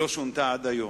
שלא שונתה עד היום.